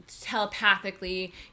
telepathically